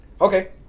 Okay